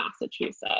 Massachusetts